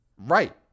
Right